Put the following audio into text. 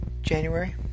January